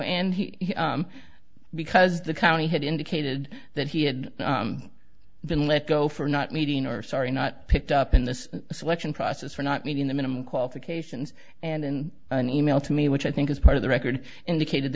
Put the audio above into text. and he because the county had indicated that he had been let go for not meeting or sorry not picked up in this selection process for not meeting the minimum qualifications and in an e mail to me which i think is part of the record indicated